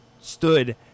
stood